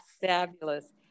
Fabulous